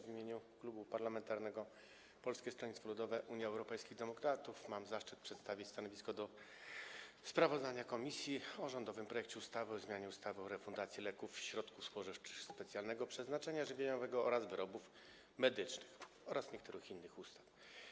W imieniu Klubu Poselskiego Polskiego Stronnictwa Ludowego - Unii Europejskich Demokratów mam zaszczyt przedstawić stanowisko wobec sprawozdania komisji o rządowym projekcie ustawy o zmianie ustawy o refundacji leków, środków spożywczych specjalnego przeznaczenia żywieniowego oraz wyrobów medycznych oraz niektórych innych ustaw.